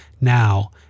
now